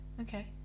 okay